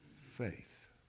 faith